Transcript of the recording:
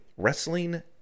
Wrestling